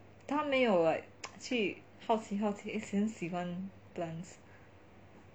他没有 like 去好奇好奇很喜欢 plants